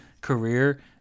career